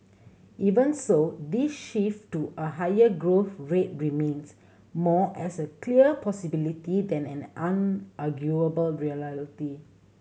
even so this shift to a higher growth rate remains more as a clear possibility than an unarguable reality